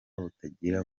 butangira